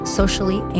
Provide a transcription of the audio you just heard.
socially